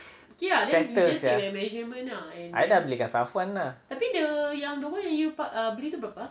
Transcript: settle sia I dah belikan safwan dah